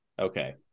Okay